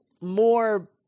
more